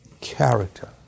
character